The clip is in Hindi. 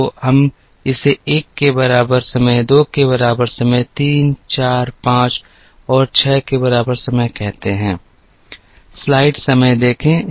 तो हम इसे 1 के बराबर समय 2 के बराबर समय 3 4 5 और 6 के बराबर समय कहते हैं